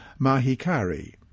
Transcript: Mahikari